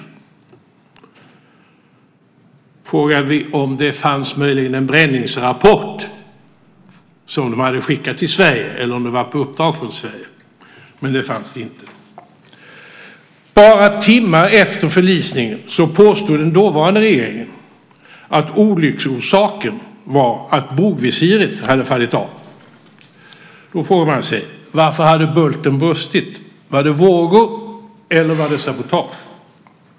Så frågade vi om det möjligen fanns en bränningsrapport som hade skickats till Sverige eller om det var på uppdrag från Sverige, men det fanns det inte. Bara timmar efter förlisningen påstod den dåvarande regeringen att olycksorsaken var att bogvisiret hade fallit av. Då frågar man sig: Varför hade bulten brustit? Var det vågor, eller var det sabotage?